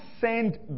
send